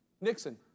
Nixon